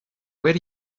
where